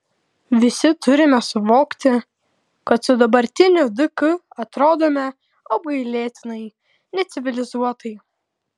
visi turime suvokti kad su dabartiniu dk atrodome apgailėtinai necivilizuotai